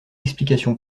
explication